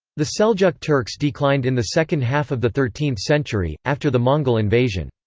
the seljuq turks declined in the second half of the thirteenth century, after the mongol invasion.